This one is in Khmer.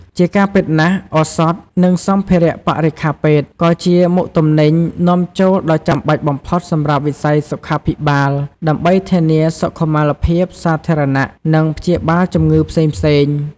ជាការពិតណាស់ ឱសថ និងសម្ភារៈបរិក្ខារពេទ្យ ក៏ជាមុខទំនិញនាំចូលដ៏ចាំបាច់បំផុតសម្រាប់វិស័យសុខាភិបាល ដើម្បីធានាសុខុមាលភាពសាធារណៈ និងព្យាបាលជំងឺផ្សេងៗ។